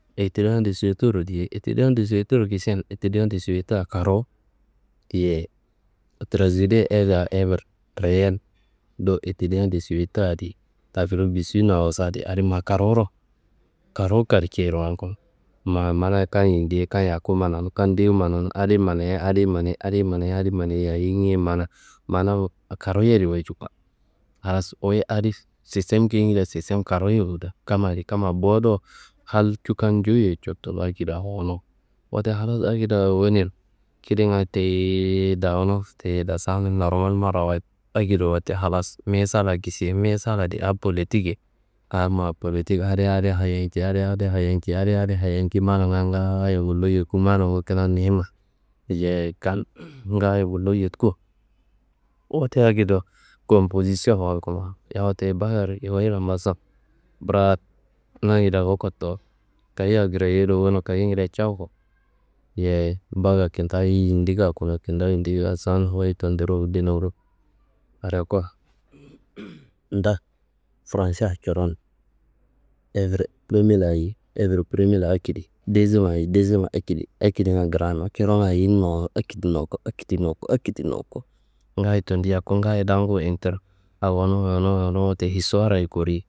Etidia de suwetero diyei, etidia de suwetero kisiyan, etidia de suweta karuwu, yeyi trajedia hevre reyel do etidia de suweta adi afrik du sudnun awosadi adi ma karuwuro karuwu karceiro walkuno, ma mana kan yindiye, kan yaku mananu, kan dewu mananu adiyi manayia adi manayi, adiyi manaya adi manayi ayinge mana mana karuwu yedi halas wuyi adi sistemngedea sistem karuwuye kamma adi kamma bowo do hal cu kan jowuye jotulu awowuno. Wote halas akedo awowuneian kidanga teyiyiyi dawuno, ti dasan normal marawayid akediro, wote halas me sallaro kisiye. Me salladi a polotike a ma polotik adiyi adi hayinci, adiyi adi hayinci, adiyi adi hayinci mananga ngaayo gullu yuku. Manangu kina mihimma yeyi kan ngaayo gullu yoduku, wote akedo composision walkuno braado na ngedearo wu kotowo kayiyeya krayedo wunu kayiyengedea jaako. Yeyi bakka kintawu yindi gakuno, kintawu yindi gasan wuyi tendiro gulli naku areko da fransea coron hevre premilla ayi, hevre premila akedi, desema ayi desema akedi akedinga kranu coronga ayi nomo akedi noko, akedi noko, akedi noko ngayo tendi yaku ngaayo daku inter awonu awonu awonu, wotte histuwarre kori.